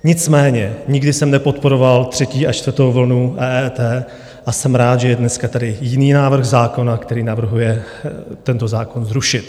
Nicméně nikdy jsem nepodporoval třetí a čtvrtou vlnu EET a jsem rád, že je dneska tady jiný návrh zákona, který navrhuje tento zákon zrušit.